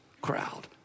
crowd